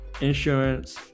insurance